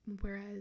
whereas